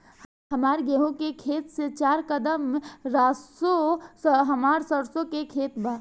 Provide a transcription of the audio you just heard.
हमार गेहू के खेत से चार कदम रासु हमार सरसों के खेत बा